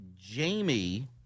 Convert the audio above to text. Jamie